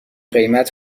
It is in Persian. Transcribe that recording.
قیمت